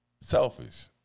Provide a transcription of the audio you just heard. selfish